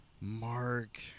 Mark